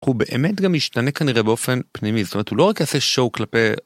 הוא באמת גם ישתנה כנראה באופן פנימי זאת אומרת הוא לא רק עושה שואו כלפי.